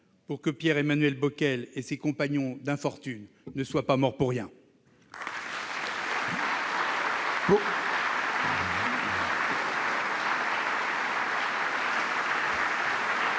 pour que Pierre-Emmanuel Bockel et ses compagnons d'infortune ne soient pas morts pour rien